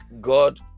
God